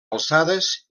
alçades